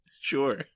sure